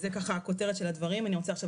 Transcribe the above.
זו הכותרת של הדברים ואני רוצה עכשיו